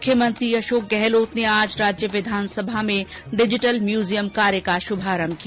मुख्यमंत्री अशोक गहलोत ने आज राज्य विधानसभा में डिजिटल म्यूजियम कार्य का श्भारंभ किया